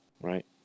right